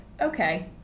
okay